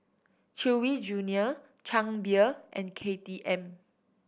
Chewy Junior Chang Beer and K T M